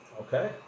Okay